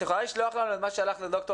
את יכולה לשלוח לנו את מה ששלחת לד"ר